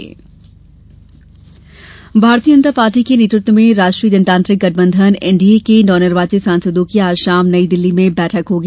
NDA सांसद बैठक भारतीय जनता पार्टी के नेतृत्व में राष्ट्रीय जनतांत्रिक गठबंधन एनडीए के नवनिर्वाचित सांसदों की आज शाम नई दिल्ली में बैठक होगी